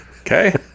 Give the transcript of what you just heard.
okay